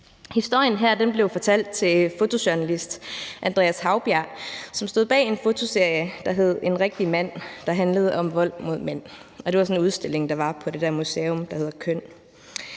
Historien her blev fortalt til fotojournalist Andreas Haubjerg, som stod bag en fotoserie, der hed »En rigtig mand« og handlede om vold mod mænd. Det var sådan en udstilling, der var på det der museum, der hedder KØN.